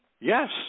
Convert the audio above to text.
Yes